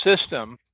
system